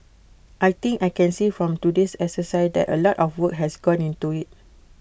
I think I can see from today's exercise that A lot of work has gone into IT